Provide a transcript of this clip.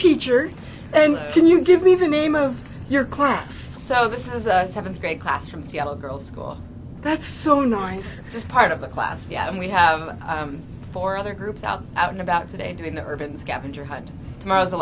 teacher and can you give me the name of your class so this is a seventh grade class from seattle girls school that's so nice just part of the class yeah and we have four other groups out out and about today doing the urban scavenger hunt tomorrow is the